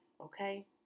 Okay